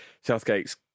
Southgate's